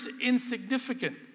insignificant